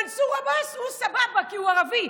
מנסור עבאס הוא סבבה, כי הוא ערבי.